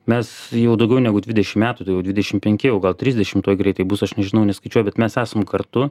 mes jau daugiau negu dvidešim metų tai jau dvidešim penki jau gal trisdešim tuoj greitai bus aš nežinau neskaičiuoju bet mes esam kartu